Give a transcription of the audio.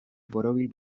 borobil